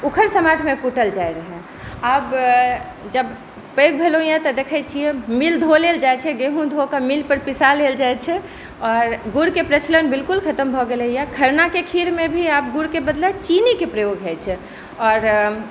उखड़ि समाटमे कूटल जाइ आब जब पैघ भेलहुँ हँ तऽ देख़ै छियै मिल धो लेल जाइ छै गेहूँक धोक मील पर पीसा लेल जाइ छै आओर गुड़के प्रचलन बिल्कुल खतम भऽ गेलै हँ खरनाके खीरमे भी अब गुड़के बदला चीनीके प्रयोग होइ छै आओर